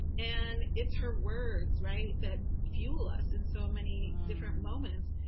and it's her words, right, that fuel us in so many different moments.